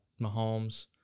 mahomes